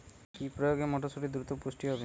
কি প্রয়োগে মটরসুটি দ্রুত পুষ্ট হবে?